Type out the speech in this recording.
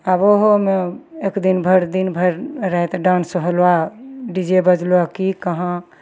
आब ओहोमे एक दिन भरि दिन भरि राति डान्स हौला डी जे बजलह की कहाँ